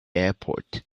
airport